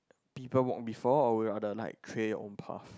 people walk before we are the like create own path